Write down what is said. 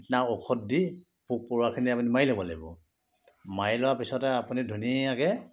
কীটনাক ঔষধ দি পোক পৰুৱাখিনি আপুনি মাৰি ল'ব লাগিব মাৰি লোৱা পিছতে আপুনি ধুনীয়াকৈ